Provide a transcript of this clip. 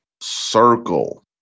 circle